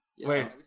Wait